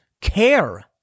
care